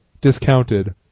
discounted